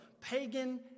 pagan